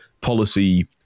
policy